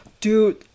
dude